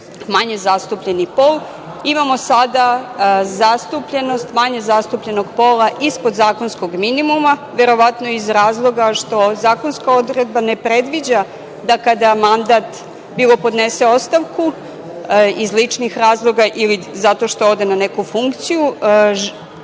manje zastupljen pol, imamo sada zastupljenost, manje zastupljenog pola ispod zakonskog minimuma, verovatno iz razloga što zakonska odredba ne predviđa da kada mandat, bilo podnese ostavku, iz ličnih razloga ili zato što ode na neku funkciju,